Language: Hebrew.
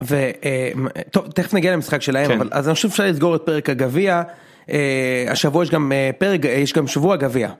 וטוב, תכף נגיע למשחק שלהם, אז אני חושב שאפשר לסגור את פרק הגביע, השבוע יש פרק, יש גם שבוע גביע.